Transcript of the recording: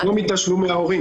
לא מתשלומי ההורים.